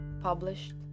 published